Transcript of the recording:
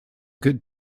good